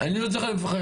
אני לא צריך לפחד.